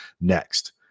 next